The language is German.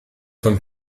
von